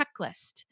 checklist